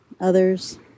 others